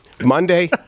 Monday